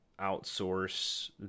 outsource